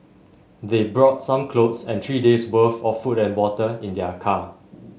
they brought some clothes and three days' worth of food and water in their car